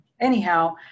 anyhow